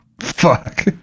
Fuck